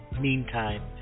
meantime